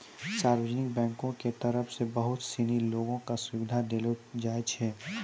सार्वजनिक बैंको के तरफ से बहुते सिनी लोगो क सुविधा देलो जाय छै